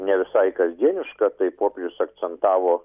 ne visai kasdieniška tai popiežius akcentavo